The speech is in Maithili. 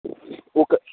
ओ क